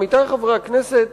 עמיתי חברי הכנסת,